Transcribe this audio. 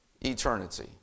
eternity